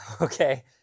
Okay